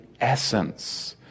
essence